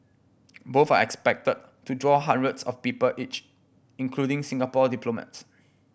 both are expected to draw hundreds of people each including Singapore diplomats